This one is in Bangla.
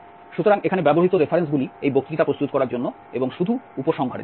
সুতরাং এখানে ব্যবহৃত রেফারেন্সগুলি এই বক্তৃতা প্রস্তুত করার জন্য এবং শুধু উপসংহারের জন্য